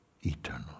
eternal